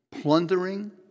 plundering